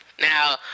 Now